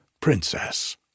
princess